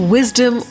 Wisdom